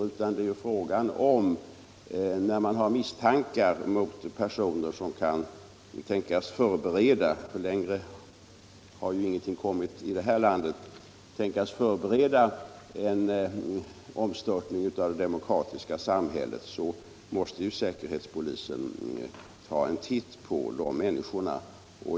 Vad det gäller är ju att när man har misstankar mot personer som kan tänkas förbereda — längre har ju ingenting kommit här i landet på detta område — en omstörtning av det demokratiska samhället måste säkerhetspolisen ta en titt på de människorna.